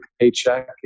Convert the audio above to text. paycheck